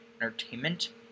entertainment